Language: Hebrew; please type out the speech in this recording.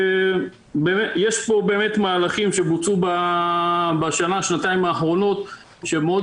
יש פה באמת מהלכים שבוצעו בשנה-שנתיים האחרונות שהם מאוד